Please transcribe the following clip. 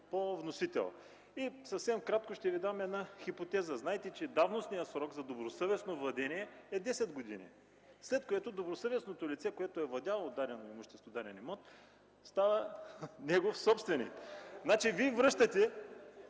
по вносител. Ще Ви дам съвсем накратко една хипотеза. Знаете, че давностният срок за добросъвестно владение е 10 години. След това добросъвестното лице, което е владяло дадено имущество, даден имот, става негов собственик. Вие връщате